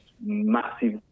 massive